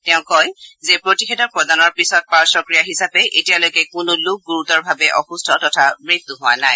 তেওঁ কয় যে প্ৰতিষেধক প্ৰদানৰ পিছত পায়ক্ৰিয়া হিচাপে এতিয়ালৈকে কোনো লোক গুৰুতৰভাৱে অসুস্থ তথা মৃত্যু হোৱা নাই